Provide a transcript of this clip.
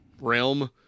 realm